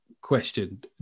question